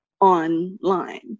online